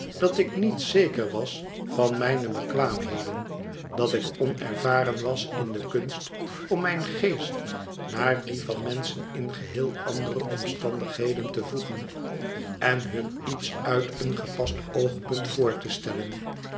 dat ik niet zeker was van mijne bekwaamheden dat ik onervaren was in de kunst om mijn geest naar dien van menschen in geheel andere omstandigheden te voegen en hun iets uit een gepast oogpunt voor te stellen